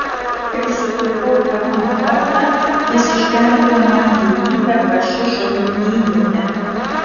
kai sutikau pirmą kartą jis išgelbėjo man gyvybę hašišo lindynėje